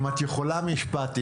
אם את יכולה משפט,